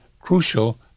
crucial